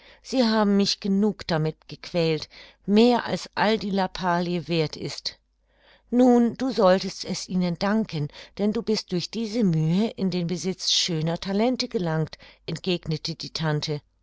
sie haben mich genug damit gequält mehr als all die lappalie werth ist nun du solltest es ihnen danken denn du bist durch diese mühe in den besitz schöner talente gelangt entgegnete die tante